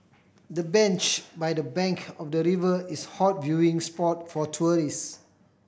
the bench by the bank of the river is hot viewing spot for tourist